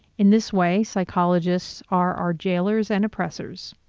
in this way, psychologists are our jailers and oppressors.